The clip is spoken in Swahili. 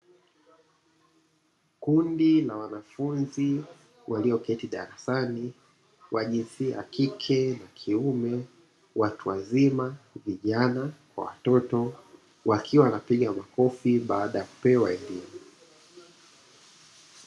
Kundi la wanafunzi walioketi darasani wa jinsia ya kike na kiume, watu wazima, vijana, kwa watoto wakiwa wanapiga makofi baada ya kupewa elimu.